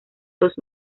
dos